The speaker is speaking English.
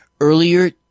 earlier